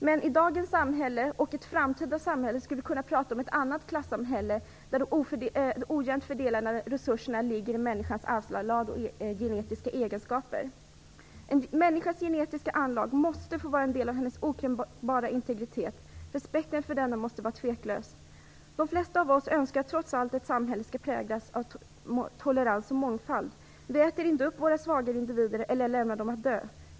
Men i dagens samhälle och i ett framtida samhälle skulle vi kunna prata om ett annat klassamhälle, där de ojämnt fördelade resurserna ligger i människans arvsanlag och genetiska egenskaper. En människas genetiska anlag måste få vara en del av hennes okränkbara integritet. Respekten för denna måste vara tveklös. De flesta av oss önskar trots allt att samhället skall präglas av tolerans och mångfald. Vi äter inte upp våra svagare individer eller lämnar dem att dö.